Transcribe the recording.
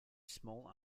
small